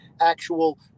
actual